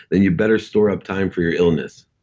then you better store up time for your illness.